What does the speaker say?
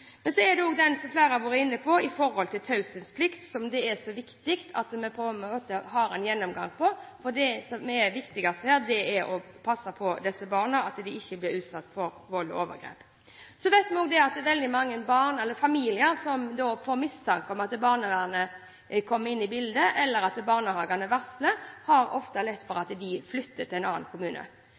Så gjelder det taushetsplikten, som flere har vært inne på, og hvor viktig det er at vi har en gjennomgang av den. Det viktigste her er å passe på at disse barna ikke blir utsatt for vold og overgrep. Så vet vi at veldig mange familier som på mistanke om at barnevernet er kommet inn i bildet, eller at barnehagene har varslet, har lett for å flytte til en annen kommune.